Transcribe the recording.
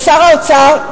ואחר כך יש לנו את שר האוצר,